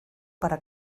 para